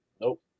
Nope